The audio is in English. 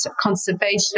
conservation